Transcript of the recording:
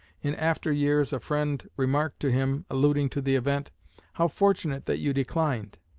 in after years a friend remarked to him, alluding to the event how fortunate that you declined!